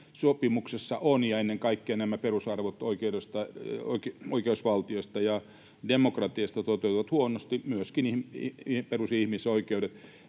ovat, ja ennen kaikkea nämä perusarvot oikeusvaltiosta ja demokratiasta toteutuvat huonosti, myöskin perus‑ ja ihmisoikeudet.